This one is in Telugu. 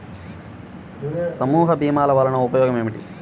సమూహ భీమాల వలన ఉపయోగం ఏమిటీ?